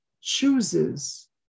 chooses